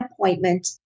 appointment